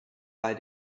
bei